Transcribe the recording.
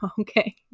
okay